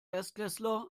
erstklässler